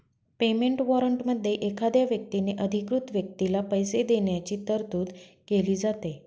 payment वॉरंटमध्ये एखाद्या व्यक्तीने अधिकृत व्यक्तीला पैसे देण्याची तरतूद केली जाते